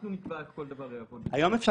אנחנו נקבע איך כל דבר יעבוד --- היום אפשר